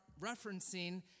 referencing